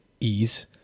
ease